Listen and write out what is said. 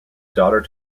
daughter